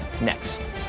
next